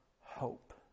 hope